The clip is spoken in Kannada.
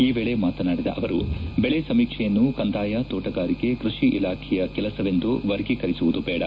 ಈ ವೇಳೆ ಮಾತನಾಡಿದ ಅವರು ಬೆಳೆ ಸಮೀಕ್ಷೆಯನ್ನು ಕಂದಾಯ ತೋಟಗಾರಿಕೆ ಕೃಷಿ ಇಲಾಖೆಯ ಕೆಲಸವೆಂದು ವರ್ಗೀಕರಿಸುವುದು ಬೇಡ